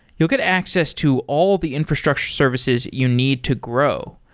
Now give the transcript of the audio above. you'll get access to all the infrastructure services you need to grow.